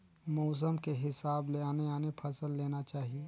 मउसम के हिसाब ले आने आने फसल लेना चाही